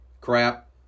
crap